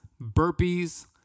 burpees